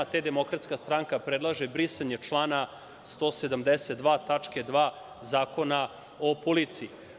Demokratska stranka predlaže brisanje člana 172. tačke 2) Zakona o policiji.